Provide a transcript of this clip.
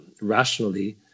rationally